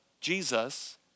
Jesus